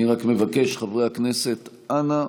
אני רק מבקש, חברי הכנסת, אנא,